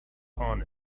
upon